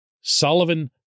Sullivan